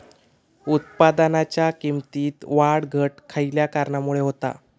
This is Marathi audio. उत्पादनाच्या किमतीत वाढ घट खयल्या कारणामुळे होता?